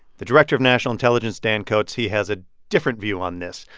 the director of national intelligence, dan coats, he has a different view on this.